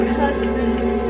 husband's